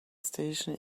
station